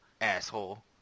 asshole